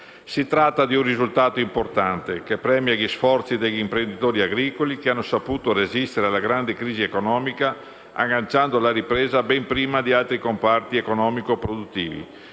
Si tratta di un risultato importante, che premia gli sforzi degli imprenditori agricoltori che hanno saputo resistere alla grande crisi economica, agganciando la ripresa ben prima di altri comparti economico-produttivi: